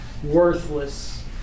Worthless